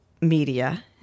media